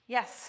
Yes